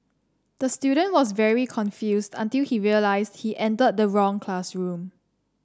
the student was very confused until he realised he entered the wrong classroom